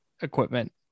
equipment